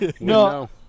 No